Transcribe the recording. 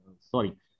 Sorry